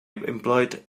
employed